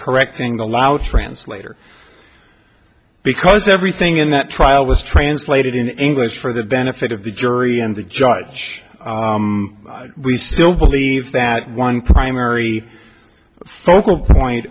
correcting the lao translator because everything in that trial was translated in english for the benefit of the jury and the judge we still believe that one primary